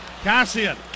Cassian